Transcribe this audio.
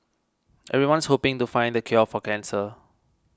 everyone's hoping to find the cure for cancer